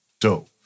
dope